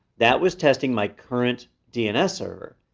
that was testing my current dns server.